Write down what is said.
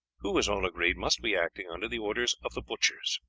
who, as all agreed, must be acting under the orders of the butchers.